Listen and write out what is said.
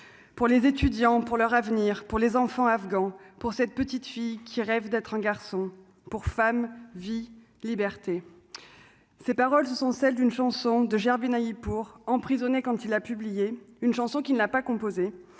pour les étudiants pour leur avenir pour les enfants afghans pour cette petite fille qui rêve d'être un garçon pour femme vie liberté ces paroles sont celles d'une chanson de gerber naïf pour emprisonner quand il a publié une chanson qui n'a pas composé